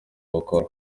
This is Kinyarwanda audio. bakora